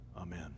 Amen